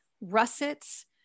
russets